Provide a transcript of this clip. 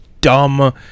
dumb